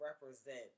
represent